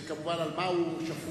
כמובן, על מה הוא שפוט.